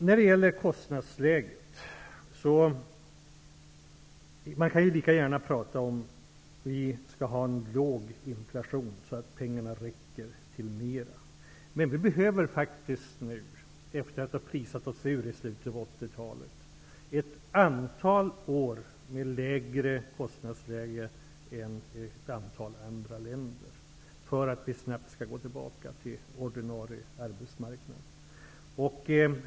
När det gäller kostnadsläget kan man lika gärna prata om att vi skall ha låg inflation, så att pengarna räcker till mera, men vi behöver faktiskt nu, efter att ha prissatt oss ur i slutet av 80-talet, ett antal år med lägre kostnadsläge än ett antal andra länder, för att vi snabbt skall gå tillbaka till ordinarie arbetsmarknad.